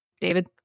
David